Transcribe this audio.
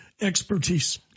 expertise